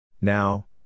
Now